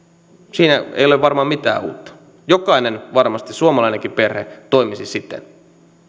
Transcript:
siinä ei ole varmaan mitään uutta jokainen varmasti suomalainenkin perhe toimisi siten